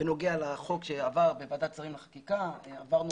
בנוגע לחוק שעבר בוועדת שרים לחקיקה עברנו